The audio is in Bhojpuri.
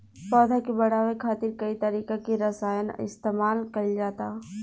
पौधा के बढ़ावे खातिर कई तरीका के रसायन इस्तमाल कइल जाता